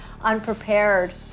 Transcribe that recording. unprepared